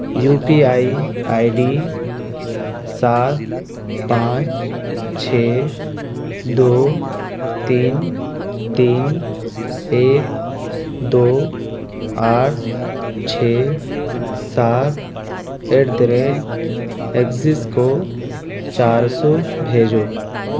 you P I I D سات پانچ چھ دو تین تین ایک دو آٹھ چھ سات ایٹ دا ریٹ ایکسز کو چار سو بھیجو